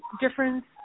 difference